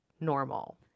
normal